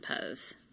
pose